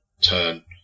turn